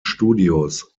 studios